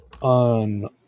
on